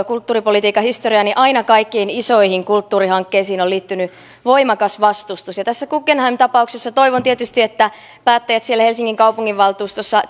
kulttuuripolitiikan historiaa katsoo niin aina kaikkiin isoihin kulttuurihankkeisiin on liittynyt voimakas vastustus ja tässä guggenheim tapauksessa toivon tietysti että päättäjät siellä helsingin kaupunginvaltuustossa